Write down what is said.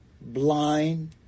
blind